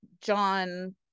John